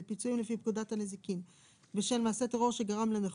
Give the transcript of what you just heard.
לפיצויים לפי פקודת הנזיקין בשל מעשה טרור שגרם לנכות,